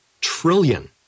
trillion